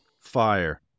fire